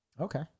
okay